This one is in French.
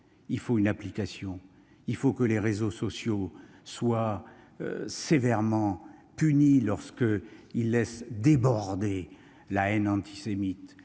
Il faut passer à l'acte. Il faut que les réseaux sociaux soient sévèrement punis lorsqu'ils laissent déborder la haine antisémite,